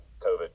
COVID